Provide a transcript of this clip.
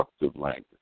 language